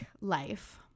life